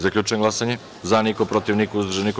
Zaključujem glasanje: za – niko, protiv – niko, uzdržan – niko.